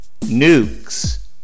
nukes